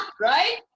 Right